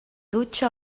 dutxa